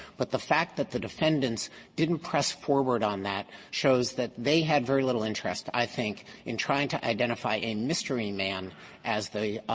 but the fact that the defendants didn't press forward on that shows that they had very little interest, i think, in trying to identify a mystery man as the